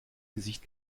gesicht